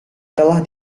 telah